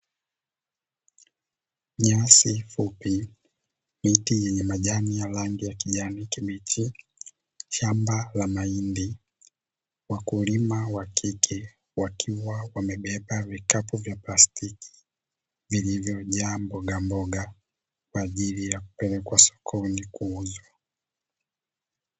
Nyasi fupi, miti yenye majani ya kijani kibichi, shamba la mahindi, wakulima wa kike wakiwa wamebeba vikapu vya plastiki vilivyojaa mbogamboga kwa ajili ya kupelwkwa sokoni kuuzwa.